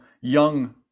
young